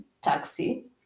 taxi